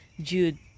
Jude